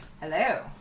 Hello